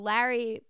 Larry